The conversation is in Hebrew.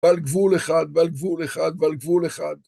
ועל גבול אחד, ועל גבול אחד, ועל גבול אחד.